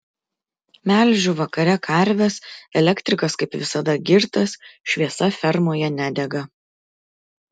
melžiu vakare karves elektrikas kaip visada girtas šviesa fermoje nedega